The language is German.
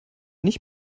nicht